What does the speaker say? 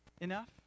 enough